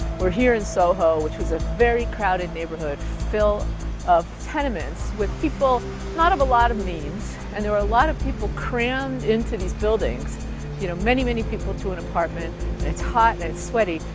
we're here is soho, which was a very crowded neighborhood filled of tenements with people not of a lot of means. and there were a lot of people crammed into these buildings you know many, many people to an apartment. and it's hot, and it's sweaty.